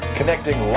Connecting